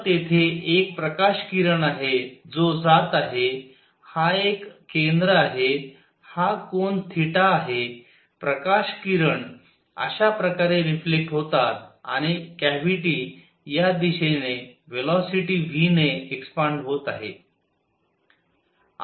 तर तेथे एक प्रकाश किरण आहे जो जात आहे हा एक केंद्र आहे हा कोन थिटा आहे प्रकाश किरण अशा प्रकारे रिफ्लेक्ट होतात आणि कॅव्हिटी या दिशेने व्हेलॉसिटी v ने एक्सपांड होते आहे